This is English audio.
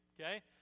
okay